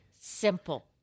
simple